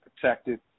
protected